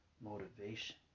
motivation